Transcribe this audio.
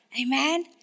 Amen